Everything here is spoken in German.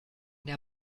der